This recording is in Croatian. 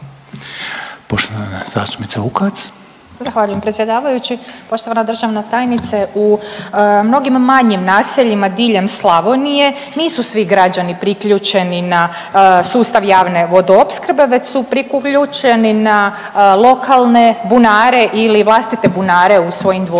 Poštovana državna tajnice u mnogim manjim naseljima diljem Slavonije nisu svi građani priključeni na sustav javne vodoopskrbe već su priključeni na lokalne bunare ili vlastite bunare u svojim dvorištima,